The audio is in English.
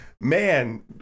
man